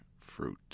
fruit